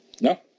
No